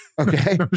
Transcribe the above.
Okay